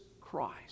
Christ